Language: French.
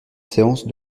séance